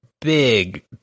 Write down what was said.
big